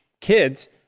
kids